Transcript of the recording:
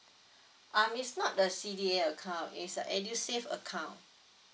um it's not the C_D_A account is edusave account